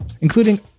including